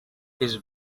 his